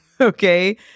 Okay